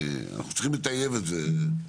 אנחנו צריכים לטייב את זה.